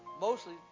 Mostly